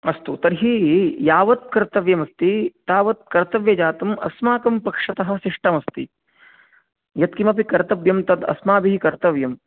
अस्तु तर्हि यावत् कर्तव्यमस्ति तावत् कर्तव्यजातम् अस्माकं पक्षतः शिष्ठम् अस्ति यत्किमपि कर्तव्यं तत् अस्माभिः कर्तव्यम्